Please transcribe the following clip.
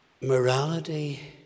morality